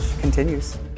continues